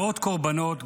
מאות קורבנות,